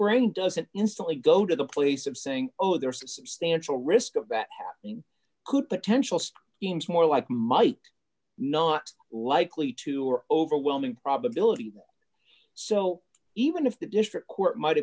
brain doesn't instantly go to the place of saying oh there's substantial risk of that happening could potential still seems more like a might not likely to or overwhelming probability so even if the district court might